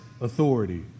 authority